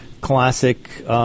classic